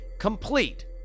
complete